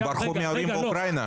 נכדים של חסידי אומות העולם.